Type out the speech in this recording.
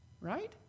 Right